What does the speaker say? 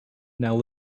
now